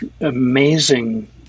amazing